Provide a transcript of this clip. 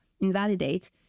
invalidate